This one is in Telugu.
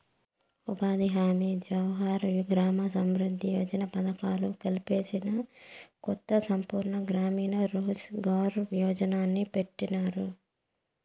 ఉపాధి హామీ జవహర్ గ్రామ సమృద్ది యోజన పథకాలు కలిపేసి కొత్తగా సంపూర్ణ గ్రామీణ రోజ్ ఘార్ యోజన్ని పెట్టినారు